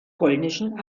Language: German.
polnischen